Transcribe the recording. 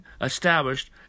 established